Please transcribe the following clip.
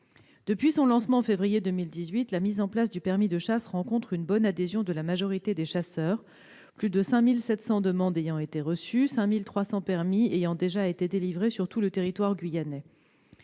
sa mise en place, en février 2018, le permis de chasse rencontre l'adhésion de la majorité des chasseurs, plus de 5 700 demandes ayant été reçues et 5 300 permis ayant déjà été délivrés sur tout le territoire guyanais.